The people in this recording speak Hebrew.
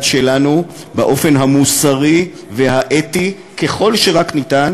שלנו באופן המוסרי והאתי ככל שרק ניתן,